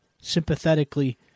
Sympathetically